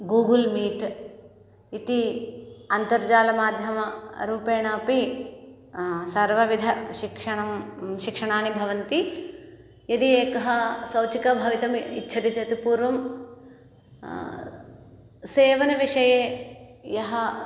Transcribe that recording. Google Meet इति अन्तर्जालमाध्यमरूपेण अपि सर्वविधशिक्षणं शिक्षणानि भवन्ति यदि एकः सौचिक भवितुम् इच्छति चेत् पूर्वं सेवनविषये यः